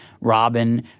Robin